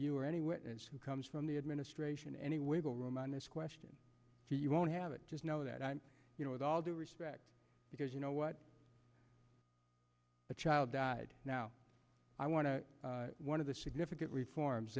anyone who comes from the administration any way ballroom on this question you won't have it just know that i'm you know with all due respect because you know what the child died now i want to one of the significant reforms